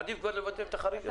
עדיף כבר לבטל את החריג הזה.